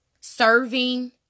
serving